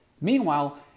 Meanwhile